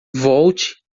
volte